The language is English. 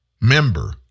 member